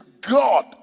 God